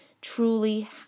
truly